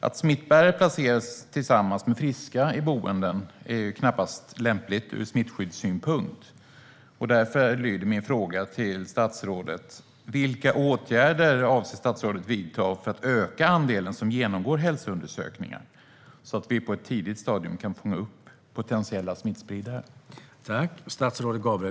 Att smittbärare placeras tillsammans med friska i boenden är knappast lämpligt ur smittskyddssynpunkt. Därför lyder min fråga till statsrådet: Vilka åtgärder avser statsrådet att vidta för att öka andelen som genomgår hälsoundersökningar, så att vi på ett tidigt stadium kan fånga upp potentiella smittspridare?